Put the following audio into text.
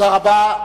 תודה רבה.